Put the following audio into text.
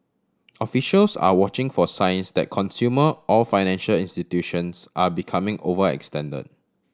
officials are watching for signs that consumer or financial institutions are becoming overextend